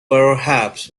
perhaps